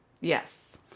Yes